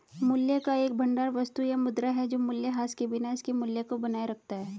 मूल्य का एक भंडार वस्तु या मुद्रा है जो मूल्यह्रास के बिना इसके मूल्य को बनाए रखता है